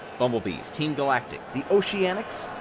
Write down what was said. bumblebees, team galactic, the oceanics,